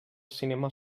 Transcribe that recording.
cinema